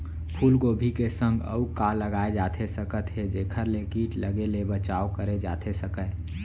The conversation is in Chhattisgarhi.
फूलगोभी के संग अऊ का लगाए जाथे सकत हे जेखर ले किट लगे ले बचाव करे जाथे सकय?